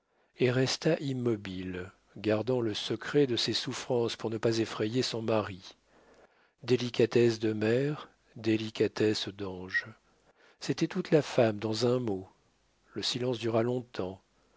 et resta immobile gardant le secret de ses souffrances pour ne pas effrayer son mari délicatesse de mère délicatesse d'ange c'était toute la femme dans un mot le silence dura long-temps